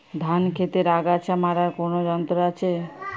ধান ক্ষেতের আগাছা মারার কোন যন্ত্র আছে?